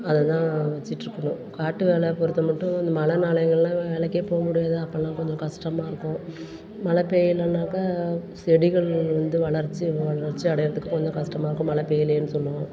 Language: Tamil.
அதை தான் வச்சிட்ருக்கணும் காட்டு வேலை பொறுத்த மட்டும் இந்த மழை மேலைங்கள்லாம் வேலைக்கே போக முடியாது அப்போல்லாம் கொஞ்சம் கஷ்டமா இருக்கும் மழை பொயிலன்னாக்கா செடிகள் வந்து வளர்ச்சி வளர்ச்சி அடையிறதுக்கு கொஞ்சம் கஷ்டமா இருக்கும் மழை பேயிலேன்னு சொல்லுவோம்